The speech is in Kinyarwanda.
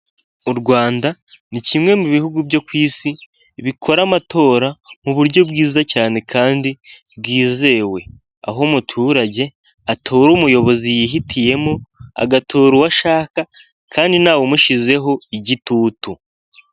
U Rwanda ni kimwe mu bihugu byo ku Isi bikora amatora mu buryo bwiza cyane kandi bwizewe, aho umuturage atora umuyobozi yihitiyemo agatora uwo ashaka kandi ntawemushyizeho igitutu.